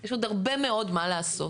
יש עוד הרבה מאוד מה לעשות,